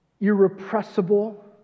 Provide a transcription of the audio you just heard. irrepressible